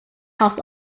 house